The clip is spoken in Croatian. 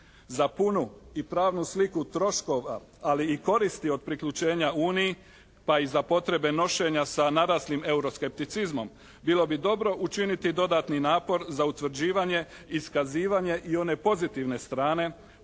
Za punu i pravnu sliku troškova ali i koristi od priključenja Uniji pa i za potrebe nošenja sa europskim euroskepticizmom bilo bi dobro učiniti dodatni napor za utvrđivanje iskazivanje i one pozitivne strane,